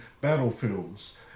battlefields